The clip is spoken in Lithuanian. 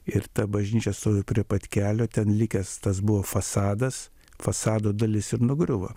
ir ta bažnyčia stovi prie pat kelio ten likęs tas buvo fasadas fasado dalis ir nugriuvo